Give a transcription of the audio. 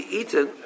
eaten